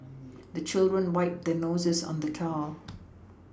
the children wipe their noses on the towel